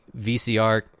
VCR